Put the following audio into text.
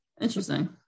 Interesting